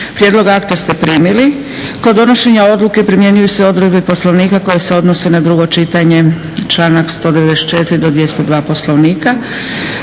Prijedlog akta ste primili. Kod donošenja odluke primjenjuju se odredbe Poslovnika koje se odnose na drugo čitanje, članak 194.do 202. Poslovnika.